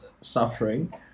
suffering